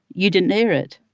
you didn't hear it.